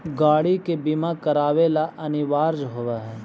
गाड़ि के बीमा करावे ला अनिवार्य होवऽ हई